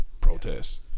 Protest